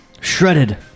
Shredded